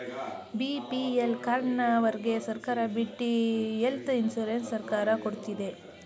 BPL ಕಾರ್ಡನವರ್ಗೆ ಸರ್ಕಾರ ಬಿಟ್ಟಿ ಹೆಲ್ತ್ ಇನ್ಸೂರೆನ್ಸ್ ಸರ್ಕಾರ ಕೊಡ್ತಿದೆ